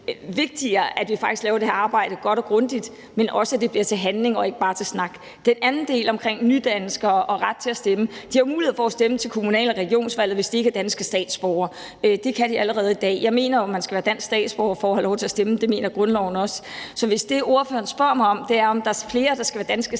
vigtigt, at vi faktisk laver det her arbejde godt og grundigt, men også at det bliver til handling og ikke bare til snak. Med hensyn til den anden del om nydanskere og ret til at stemme vil jeg sige, at de jo har mulighed for at stemme til kommunal- og regionsvalget, hvis de ikke er danske statsborgere. Det kan de allerede i dag. Jeg mener jo, man skal være dansk statsborger for at have lov til at stemme, og det mener grundloven også. Så hvis det, ordføreren spørger mig om, er, om der er flere, der skal være danske statsborgere,